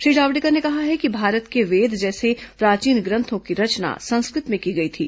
श्री जावड़ेकर ने कहा है कि भारत के वेद जैसे प्राचीन ग्रंथों की रचना संस्कृत में की गई थी